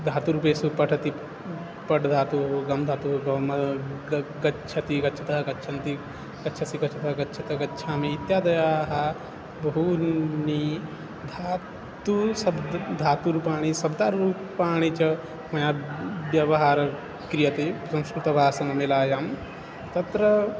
धातुरूपेषु पठति पठ् धातु गं धातु गम ग गच्छति गच्छतः गच्छन्ति गच्छसि गच्छतः गच्छत गच्छामि इत्यादयाः बहूनि धातु शब्द धातुरूपाणि शब्दरूपाणि च मया व्यवहारः क्रियते संस्कृतं भाषणवेलायां तत्र